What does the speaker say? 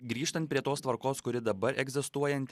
grįžtant prie tos tvarkos kuri dabar egzistuojanti